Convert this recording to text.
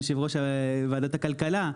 יושב ראש ועדת הכלכלה,